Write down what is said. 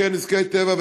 קרן נזקי טבע,